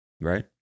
right